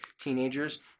teenagers